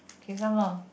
okay some more